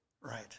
Right